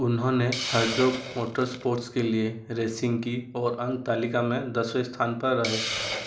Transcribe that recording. उन्होंने Herzog motorsports के लिए रेसिंग की और अंक तालिका में दसवें स्थान पर रहे